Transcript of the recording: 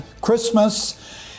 Christmas